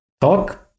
talk